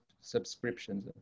subscriptions